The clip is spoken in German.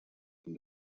den